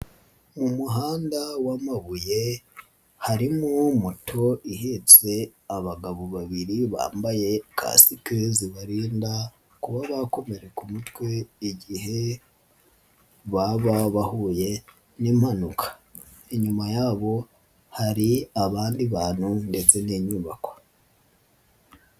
Mu muhanda wamabuye harimo moto ihetse abagabo babiri bambaye kasike zibarinda kuba bakomeka umutwe igihe baba bahuye n'impanuka, inyuma yabo hari abandi bantu ndetse n'inyubako.